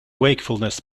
wakefulness